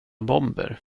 bomber